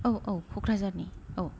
औ औ कक्राझारनि औ